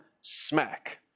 Smack